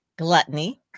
Gluttony